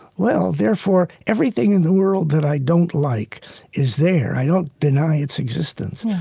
well, therefore, everything in the world that i don't like is there. i don't deny its existence,